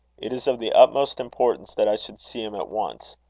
it is of the utmost importance that i should see him at once.